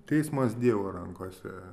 teismas dievo rankose